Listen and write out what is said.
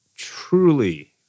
truly